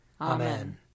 Amen